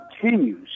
continues